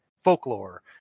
folklore